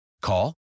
Call